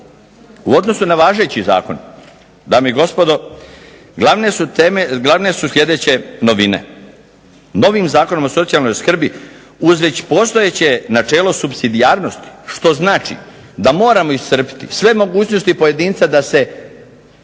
U odnosu na važeći zakon dame i gospodo glavne su sljedeće novine. Novim Zakonom o socijalnoj skrbi uz već postojeće načelo supsidijarnosti, što znači da moramo iscrpiti sve mogućnosti pojedinca da se